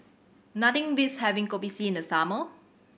nothing beats having Kopi C in the summer